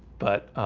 but